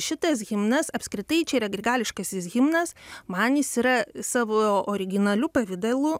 šitas himnas apskritai čia yra grigališkasis himnas man jis yra savo originaliu pavidalu